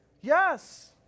yes